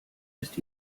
ist